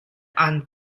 aan